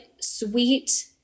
sweet